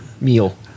meal